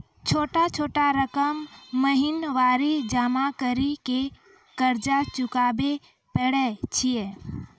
छोटा छोटा रकम महीनवारी जमा करि के कर्जा चुकाबै परए छियै?